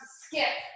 skip